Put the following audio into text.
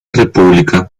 república